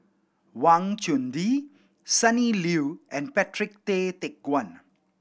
Wang Chunde Sonny Liew and Patrick Tay Teck Guan